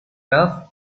rough